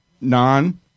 Non